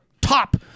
top